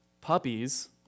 puppies